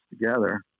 together